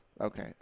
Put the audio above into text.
Okay